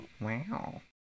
Wow